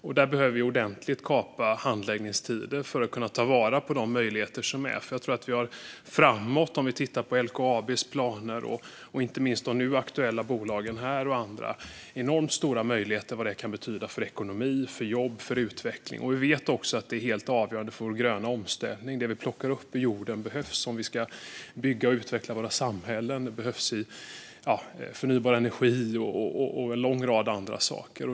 Vi behöver kapa handläggningstiderna ordentligt för att kunna ta vara på de möjligheter som finns. Jag tror att det framöver finns enormt stora möjligheter för ekonomi, jobb och utveckling. Se bara på de planer som finns hos LKAB, de bolag vi talar om här och andra! Vi vet också att det här är helt avgörande för den gröna omställningen. Det vi plockar upp ur jorden behövs när vi ska bygga och utveckla samhället. Det behövs för den förnybara energin och en lång rad andra saker.